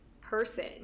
person